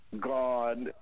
God